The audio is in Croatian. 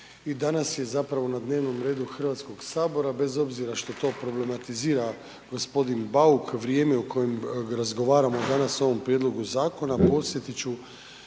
i danas je zapravo na dnevnom redu Hrvatskog sabora bez obzira što to problematizira gospodin Bauk, vrijeme u koje razgovaramo danas o ovom prijedlogu zakona podsjetit ću